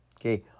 okay